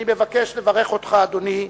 אני מבקש לברך אותך, אדוני,